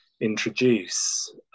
introduce